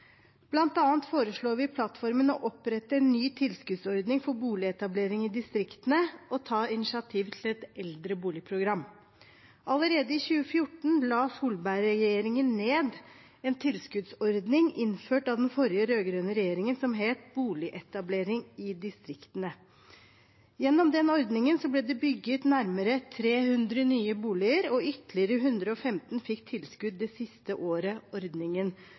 foreslår vi i plattformen å opprette en ny tilskuddsordning for boligetablering i distriktene, og vi tar initiativ til et eldrebolig-program. Allerede i 2014 la Solberg-regjeringen ned en tilskuddsordning som var innført av den forrige rød-grønne regjeringen, som het Boligetablering i distriktene. Gjennom den ordningen ble det bygget nærmere 300 nye boliger, og ytterligere 115 fikk tilskudd det siste året ordningen